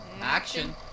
action